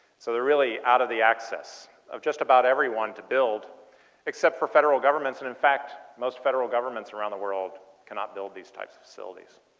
so really out of the access of just about everyone to build except for federal governments and in fact most federal governments around the world cannot build these types of facilities.